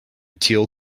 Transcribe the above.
teal